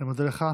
אני מודה לך.